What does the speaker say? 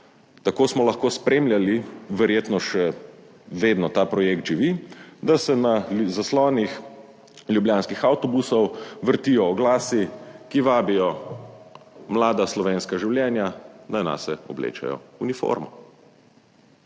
Tako smo lahko spremljali, verjetno še vedno ta projekt živi, da se na zaslonih ljubljanskih avtobusov vrtijo oglasi, ki vabijo mlada slovenska življenja, naj nase oblečejo uniformo.